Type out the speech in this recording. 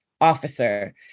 officer